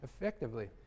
effectively